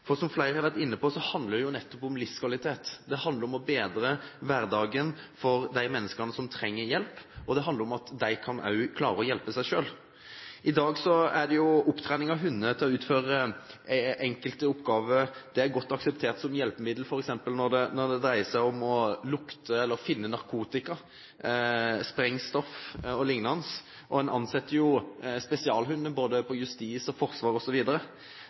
for, som flere har vært inne på, handler det jo nettopp om livskvalitet, det handler om å bedre hverdagen for de menneskene som trenger hjelp, og det handler om at de også kan klare å hjelpe seg selv. I dag er opptrening av hunder til å utføre enkelte oppgaver godt akseptert som hjelpemiddel, f.eks. når det dreier seg om å lukte eller finne narkotika, sprengstoff o.l., og en «ansetter» jo spesialhunder både innen justis og forsvar.